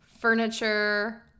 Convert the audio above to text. furniture